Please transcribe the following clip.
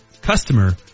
customer